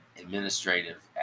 administrative